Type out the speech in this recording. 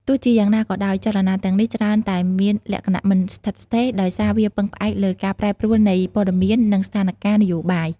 ទោះជាយ៉ាងណាក៏ដោយ ចលនាទាំងនេះច្រើនតែមានលក្ខណៈ មិនស្ថិតស្ថេរ ដោយសារវាពឹងផ្អែកលើការប្រែប្រួលនៃព័ត៌មាន និងស្ថានការណ៍នយោបាយ។